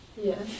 Yes